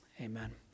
Amen